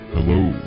Hello